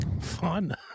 Fun